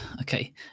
okay